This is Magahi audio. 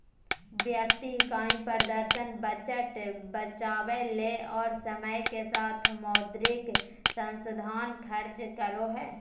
व्यक्ति इकाई प्रदर्शन बजट बचावय ले और समय के साथ मौद्रिक संसाधन खर्च करो हइ